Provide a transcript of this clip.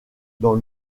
dans